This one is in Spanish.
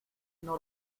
unas